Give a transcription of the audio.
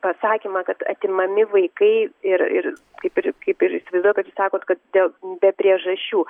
pasakymą kad atimami vaikai ir ir kaip ir kaip ir įsivaizduoju kad jūs sakot kad dėl be priežasčių